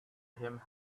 him